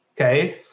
okay